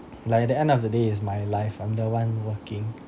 like at the end of the day it's my life I'm the one working